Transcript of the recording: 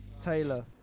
Taylor